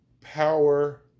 power